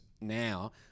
now